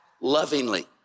lovingly